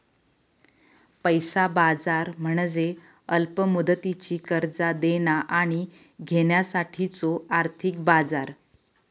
पैसा बाजार म्हणजे अल्प मुदतीची कर्जा देणा आणि घेण्यासाठीचो आर्थिक बाजार